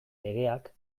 legeak